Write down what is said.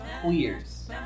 queers